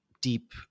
deep